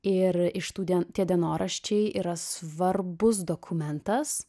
ir iš tų dien tie dienoraščiai yra svarbus dokumentas